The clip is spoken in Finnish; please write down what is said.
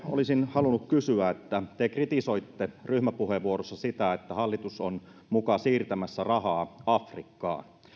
olisin halunnut kysyä kun te kritisoitte ryhmäpuheenvuorossa sitä että hallitus on muka siirtämässä rahaa afrikkaan